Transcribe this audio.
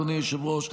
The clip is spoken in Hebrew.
אדוני היושב-ראש,